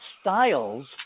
styles